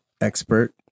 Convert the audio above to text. expert